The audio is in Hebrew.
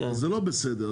זה לא בסדר.